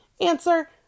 answer